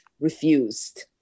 refused